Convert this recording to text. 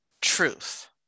truth